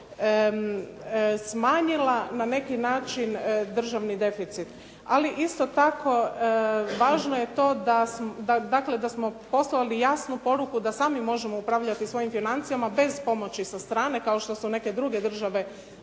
smanjila na neki način državni deficit. Ali isto tako važno je to, dakle da smo poslali jasnu poruku da sami možemo upravljati svojim financijama bez pomoći sa strane kao što su neke države